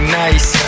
nice